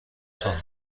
خواهم